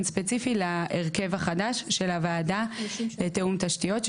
ספציפי להרכב החדש של הוועדה לתיאום תשתיות.